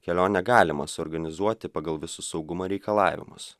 kelionę galima suorganizuoti pagal visus saugumo reikalavimus